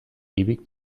ewig